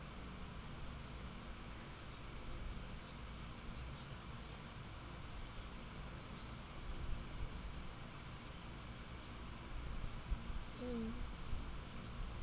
mm